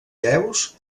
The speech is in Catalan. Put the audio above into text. deus